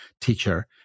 teacher